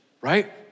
Right